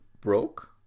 broke